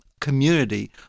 community